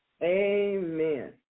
Amen